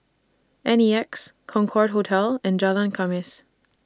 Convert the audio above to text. N E X Concorde Hotel and Jalan Khamis